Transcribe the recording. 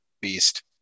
beast